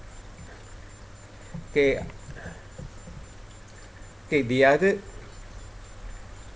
okay okay the other